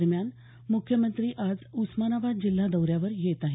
दरम्यान मुख्यमंत्री आज उस्मानाबाद जिल्हा दौऱ्यावर येत आहेत